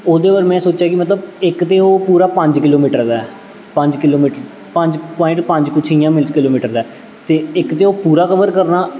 ओह्दे पर में सोच्चेआ कि मतलब इक ते ओह् पूरा पंज किलोमीटर दा ऐ पंज किलोमीटर पंज पवाइंट पंज कुछ इ'यां मीन्ज किलोमीटर दा ऐ ते इक ते ओह् पूरा कवर करना